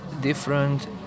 different